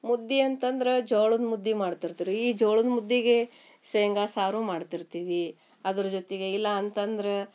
ಮುದ್ದೆ ಅಂತಂದ್ರೆ ಜೋಳದ ಮುದ್ದೆ ಮಾಡ್ತಿರ್ತೀರಿ ಈ ಜೋಳದ ಮುದ್ದೆಗೆ ಶೇಂಗಾ ಸಾರೂ ಮಾಡ್ತಿರ್ತೀವಿ ಅದ್ರ ಜೊತೆಗೆ ಇಲ್ಲ ಅಂತಂದ್ರೆ